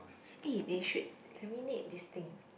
eh they should laminate this thing